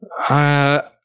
i